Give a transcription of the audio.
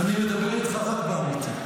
אני מדבר איתך רק אמיתי.